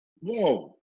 whoa